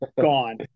Gone